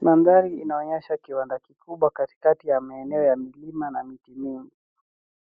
Mandhari inaonyesha kiwanda kikubwa katikati ya maeneo ya milima miti mingi.